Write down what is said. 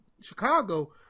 Chicago